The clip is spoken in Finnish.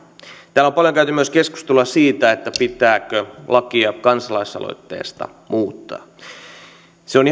täällä on paljon käyty myös keskustelua siitä pitääkö lakia kansalaisaloitteesta muuttaa se on